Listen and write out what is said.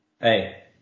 Hey